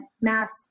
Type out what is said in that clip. mass